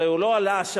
הרי הוא לא עלה השבוע,